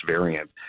variant